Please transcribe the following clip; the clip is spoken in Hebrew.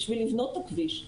בשביל לבנות את הכביש,